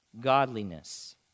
godliness